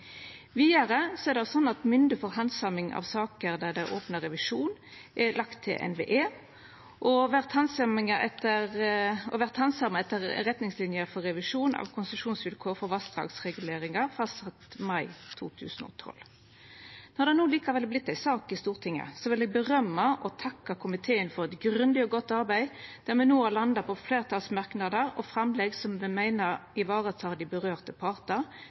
Vidare er det slik at mynde for handsaming av saker der det er opna revisjon, er lagt til NVE og vert handsama etter retningslinjer for revisjon av konsesjonsvilkår for vassdragsreguleringar, fastsett mai 2012. Når det no likevel har vorte ei sak i Stortinget, vil eg gje ros til og takka komiteen for eit grundig og godt arbeid, der me no har landa på fleirtalsmerknader og framlegg som me meiner varetek dei